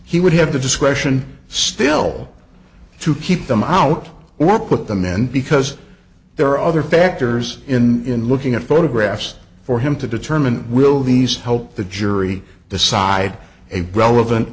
he would have the discretion still to keep them out or put them in because there are other factors in in looking at photographs for him to determine will these help the jury decide a bel